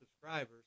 subscribers